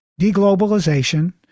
deglobalization